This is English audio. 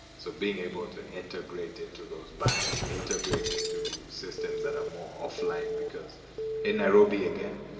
so being able to integrate into those banks, integrate into systems that are more offline, because in nairobi, again,